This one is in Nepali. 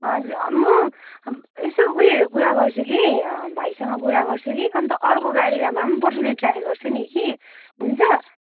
हजुर म यसो ऊ योहरू कुरा गर्छु कि ए अँ भाइसँग कुरा गर्छु कि अनि त अर्को गाडीमा भए पनि पठाउने ट्राई गर्छु नि कि हुन्छ